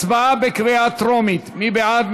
הצבעה בקריאה טרומית, מי בעד?